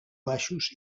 baixos